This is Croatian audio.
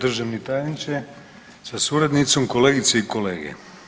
Državni tajniče sa suradnicom, kolegice i kolege.